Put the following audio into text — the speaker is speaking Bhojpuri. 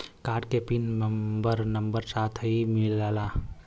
कार्ड के पिन नंबर नंबर साथही मिला?